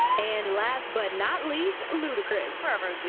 and last but not least, ludicrous.